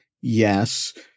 Yes